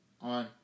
on